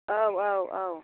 औ औ औ